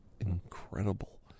incredible